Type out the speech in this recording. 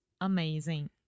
amazing